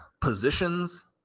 positions